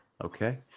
Okay